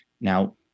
Now